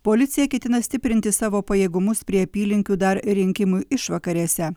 policija ketina stiprinti savo pajėgumus prie apylinkių dar rinkimų išvakarėse